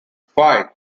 five